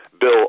Bill